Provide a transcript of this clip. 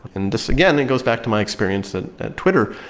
and this again, it goes back to my experience that twitter,